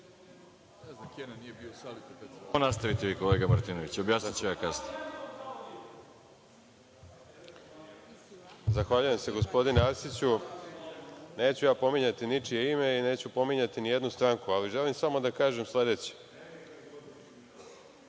Zahvaljujem se, gospodine Arsiću. Neću ja pominjati ničije ime i neću pominjati nijednu stranku, ali želim samo da kažem sledeće.